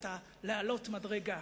החלטת להעלות מדרגה.